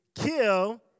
kill